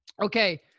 okay